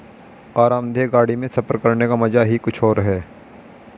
आरामदेह गाड़ी में सफर करने का मजा ही कुछ और है